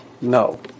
No